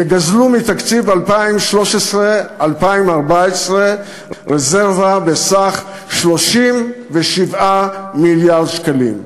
וגזלו מתקציב 2013 2014 רזרבה בסך 37 מיליארד שקלים.